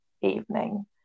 evening